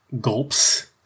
gulps